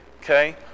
okay